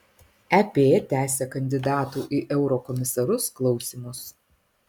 ep tęsia kandidatų į eurokomisarus klausymus